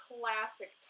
classic